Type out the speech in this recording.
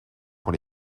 pour